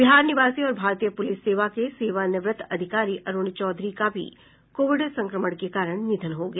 बिहार निवासी और भारतीय पुलिस सेवा के सेवानिवृत अधिकारी अरूण चौधरी का भी कोविड संक्रमण के कारण निधन हो गया